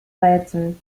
rätsel